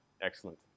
Excellent